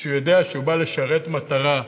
שהוא יודע שהוא בא לשרת מטרה.